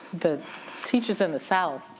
the teachers in the south,